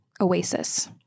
oasis